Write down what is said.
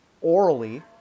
orally